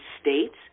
States